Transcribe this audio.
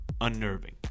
unnerving